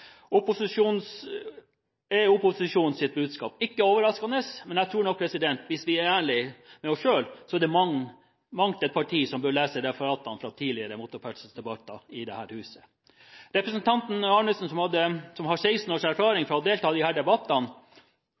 budskap. Ikke overraskende, men jeg tror at hvis vi er ærlige mot oss selv, så er det mangt et parti som bør lese referatene fra tidligere motorferdselsdebatter i dette huset. Representanten Arnesen, som har 16 års erfaring fra å delta i disse debattene,